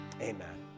amen